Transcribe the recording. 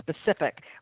specific